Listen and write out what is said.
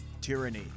Tyranny